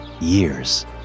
years